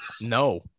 No